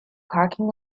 parking